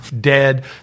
Dead